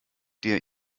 der